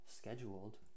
scheduled